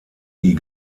die